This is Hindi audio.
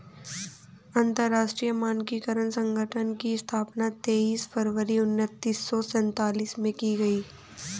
अंतरराष्ट्रीय मानकीकरण संगठन की स्थापना तेईस फरवरी उन्नीस सौ सेंतालीस में की गई